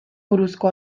buruzko